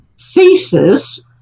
thesis